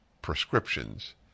prescriptions